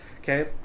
Okay